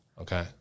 Okay